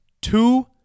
two